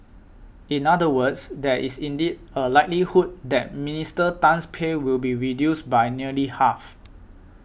in other words there is indeed a likelihood that Minister Tan's pay will be reduced by nearly half